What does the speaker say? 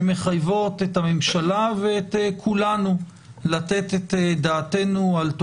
שמחייבות את הממשלה ואת כולנו לתת את דעתנו עליהן,